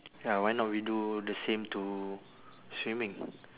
ya why not we do the same to swimming